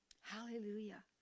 Hallelujah